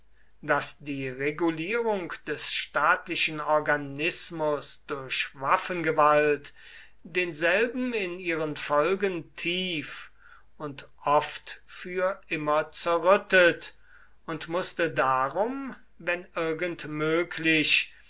daß die regulierung des staatlichen organismus durch waffengewalt denselben in ihren folgen tief und oft für immer zerrüttet und mußte darum wenn irgend möglich